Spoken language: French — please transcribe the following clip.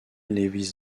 lewis